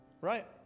right